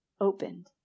opened